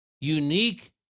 unique